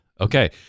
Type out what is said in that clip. Okay